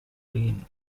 green